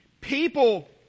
People